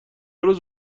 روز